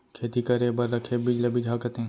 खेती करे बर रखे बीज ल बिजहा कथें